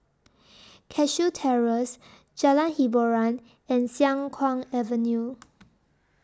Cashew Terrace Jalan Hiboran and Siang Kuang Avenue